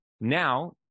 Now